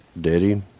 Daddy